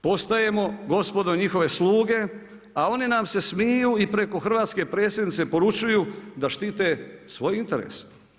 Postajemo gospodo njihove sluge a oni nam se smiju i preko hrvatske predsjednice poručuju da štite svoj interes.